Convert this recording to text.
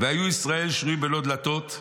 והיו ישראל שרויין בלא דלתות,